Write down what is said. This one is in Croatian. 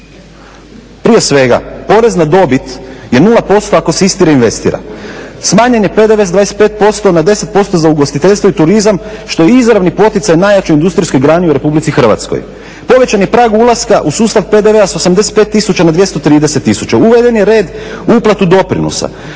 Prije svega, porez na dobit je 0% ako se ista reinvestira. Smanjen je PDV s 25% na 10% za ugostiteljstvo i turizam, što je izravni poticaj najjačoj industrijskoj grani u Republici Hrvatskoj. Povećan je prag ulaska u sustav PDV-a s 85 000 na 230 000. Uveden je red u uplatu doprinosa,